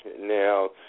Now